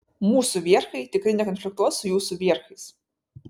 mūsų vierchai tikrai nekonfliktuos su jūsų vierchais